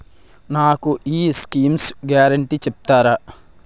నాకు ఈ schemes guarantee చెప్తారా?